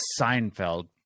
Seinfeld